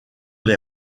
les